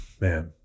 man